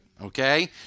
Okay